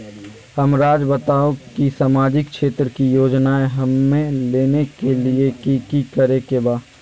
हमराज़ बताओ कि सामाजिक क्षेत्र की योजनाएं हमें लेने के लिए कि कि करे के बा?